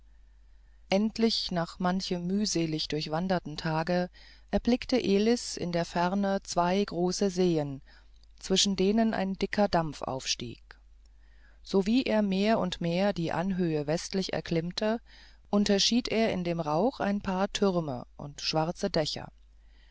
endlich nach manchem mühselig durchwanderten tage erblickte elis in der ferne zwei große seen zwischen denen ein dicker dampf aufstieg sowie er mehr und mehr die anhöhe westlich erklimmte unterschied er in dem rauch ein paar türme und schwarze dächer